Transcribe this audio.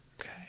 Okay